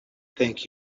thank